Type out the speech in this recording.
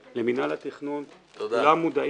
הסמכות לאשר תכנית הכוללת את אותם מגרשים תלת ממדיים